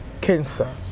cancer